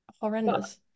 horrendous